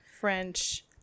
French